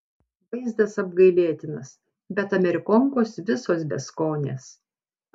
vaizdas apgailėtinas bet amerikonkos visos beskonės